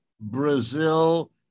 Brazil